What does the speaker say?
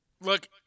Look